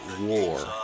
war